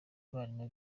abarimu